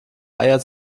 eier